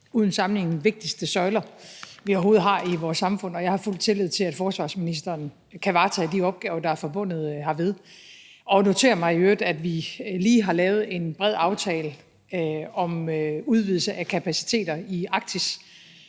uden sammenligning vigtigste søjler, vi overhovedet har i vores samfund, og jeg har fuld tillid til, at forsvarsministeren kan varetage de opgaver, der er forbundet herved. Og jeg noterer mig i øvrigt, at vi lige har lavet en bred aftale om udvidelse af kapaciteter i Arktis,